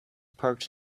parked